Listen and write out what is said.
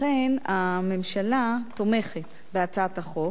לכן, הממשלה תומכת בהצעת החוק,